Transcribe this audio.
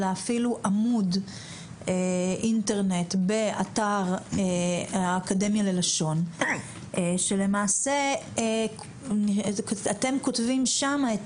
אלא אפילו עמוד אינטרנט באתר האקדמיה ללשון כשלמעשה אתם כותבים שם את